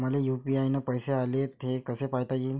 मले यू.पी.आय न पैसे आले, ते कसे पायता येईन?